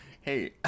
Hey